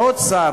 עוד שר